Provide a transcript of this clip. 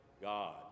God